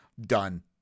Done